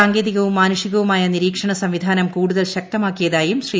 സാങ്കേതികവും മാനുഷികവുമായ നിരീക്ഷണ സംവിധാനം കൂടുതൽ ശക്തിമാക്കിയതായും ശ്രീ